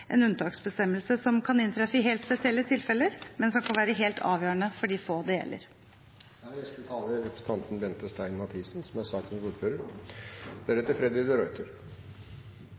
en unntaksbestemmelse som kan inntreffe i helt spesielle tilfeller, men som kan være helt avgjørende for de få det gjelder. I 2015 var det ca. 8 500 personer som